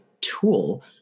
tool